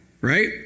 right